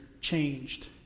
changed